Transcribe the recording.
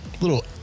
Little